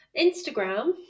Instagram